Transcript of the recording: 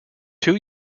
two